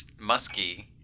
musky